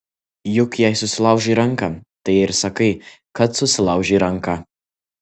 juk jei susilaužai ranką tai ir sakai kad susilaužei ranką